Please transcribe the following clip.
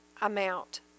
amount